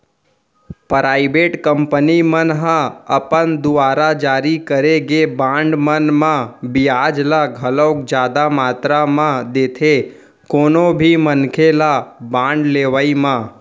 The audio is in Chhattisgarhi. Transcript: पराइबेट कंपनी मन ह अपन दुवार जारी करे गे बांड मन म बियाज ल घलोक जादा मातरा म देथे कोनो भी मनखे ल बांड लेवई म